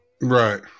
Right